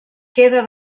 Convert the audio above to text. queda